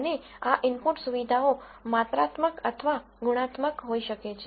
અને આ ઇનપુટ સુવિધાઓ માત્રાત્મક અથવા ગુણાત્મક હોઈ શકે છે